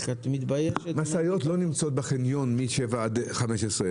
משאיות לא נמצאות בחניון משעה 7:00 עד 17:00,